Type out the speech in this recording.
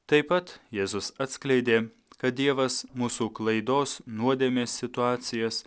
taip pat jėzus atskleidė kad dievas mūsų klaidos nuodėmės situacijas